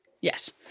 Yes